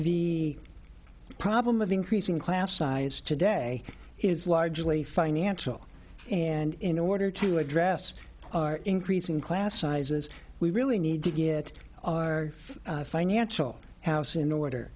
the problem of increasing class size today is largely financial and in order to address our increasing class sizes we really need to get our financial house in order